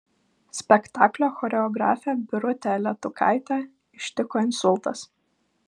spektaklio choreografę birutę letukaitę ištiko insultas